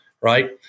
right